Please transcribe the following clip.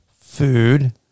food